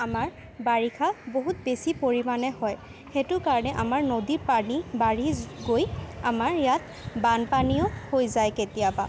আমাৰ বাৰিষা বহুত বেছি পৰিমাণে হয় সেইটো কাৰণে আমাৰ নদীৰ পানী বাঢ়ি গৈ আমাৰ ইয়াত বানপানীও হৈ যায় কেতিয়াবা